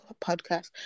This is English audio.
podcast